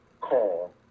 call